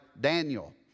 Daniel